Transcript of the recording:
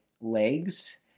legs